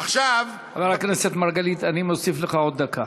עכשיו, חבר הכנסת מרגלית, אני מוסיף לך עוד דקה.